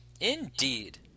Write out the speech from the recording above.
Indeed